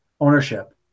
ownership